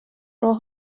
راه